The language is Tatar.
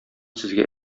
сезгә